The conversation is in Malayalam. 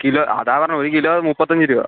കിലോ അതാണ് പറഞ്ഞത് ഒരു കിലോ മുപ്പത്തിയഞ്ച് രൂപ